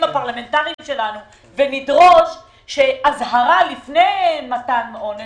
הפרלמנטריים שלנו ונדרוש אזהרה לפני מתן עונש,